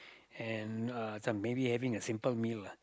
and uh some maybe having a simple meal lah